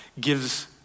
gives